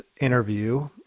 interview